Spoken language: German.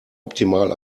optimal